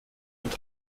und